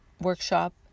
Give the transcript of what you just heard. workshop